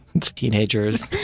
Teenagers